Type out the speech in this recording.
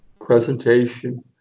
presentation